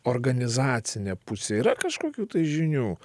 organizacinė pusė yra kažkokių tai žinių